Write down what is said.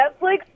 Netflix